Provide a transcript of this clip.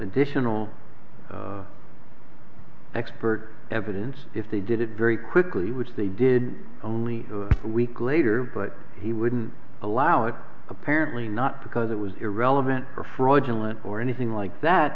additional expert evidence if they did it very quickly which they did only a week later but he wouldn't allow it apparently not because it was irrelevant or fraudulent or anything like that